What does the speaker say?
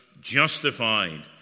justified